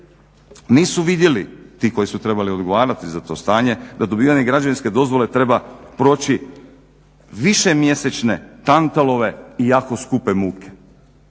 nisu vidjeli ti koji su trebali odgovarati za to stanje da za dobivanje građevinske treba proći višemjesečne tantalove i jako skupe muke.